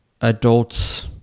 adults